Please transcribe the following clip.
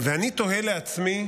ואני תוהה לעצמי: